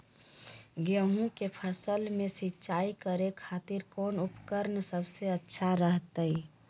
गेहूं के फसल में सिंचाई करे खातिर कौन उपकरण सबसे अच्छा रहतय?